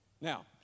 Now